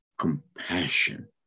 compassion